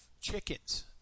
chickens